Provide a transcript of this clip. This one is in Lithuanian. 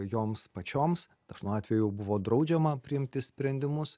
joms pačioms dažnu atveju buvo draudžiama priimti sprendimus